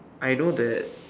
I know that